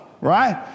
Right